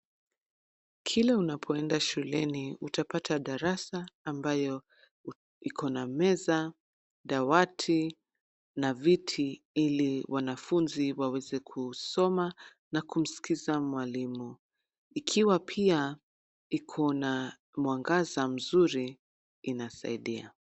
Kila unapoenda shuleni, utapata darasa ambayo liko na meza, dawati na viti ili wanafunzi waweze kusoma na kumskiza mwalimu. Ikiwa pia iko na mwangaza mzuri, inasaidia.